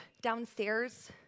downstairs